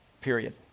Period